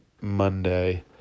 Monday